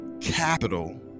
capital